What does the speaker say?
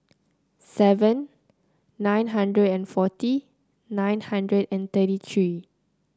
seven nine hundred and forty nine hundred and thirty three